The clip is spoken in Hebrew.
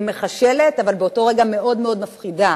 מחשלת, אבל באותו רגע מאוד מאוד מפחידה.